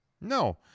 No